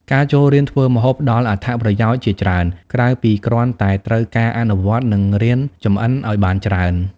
ការចូលរៀនធ្វើម្ហូបផ្ដល់អត្ថប្រយោជន៍ជាច្រើន ក្រៅពីគ្រាន់តែត្រូវការអនុវត្ត និងរៀនចម្អិនអោយបានច្រើន ។